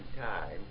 time